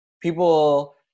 people